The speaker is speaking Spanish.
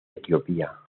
etiopía